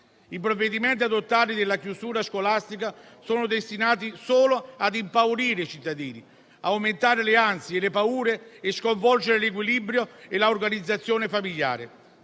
I provvedimenti adottati per la chiusura scolastica sono destinati solo a impaurire cittadini, ad aumentare le ansie, le paure e sconvolgere l'equilibrio e l'organizzazione familiare.